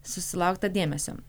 susilaukta dėmesio